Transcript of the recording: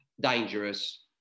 dangerous